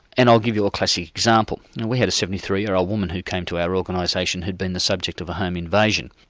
and i'll give you a classic example we had a seventy three year old woman who came to our organisation who'd been the subject of a home invasion.